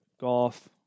golf